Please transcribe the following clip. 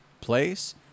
place